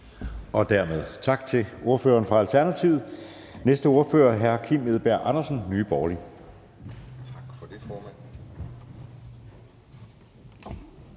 Dermed tak til ordføreren fra Alternativet. Næste ordfører er hr. Kim Edberg Andersen, Nye Borgerlige. Kl.